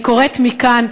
אני קוראת מכאן,